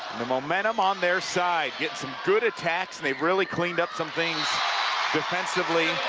the momentum on their side. get some good attacks, they really cleaned up some things defensively.